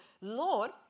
Lord